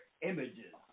images